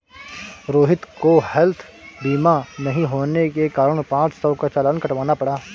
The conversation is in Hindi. रोहित को हैल्थ बीमा नहीं होने के कारण पाँच सौ का चालान कटवाना पड़ा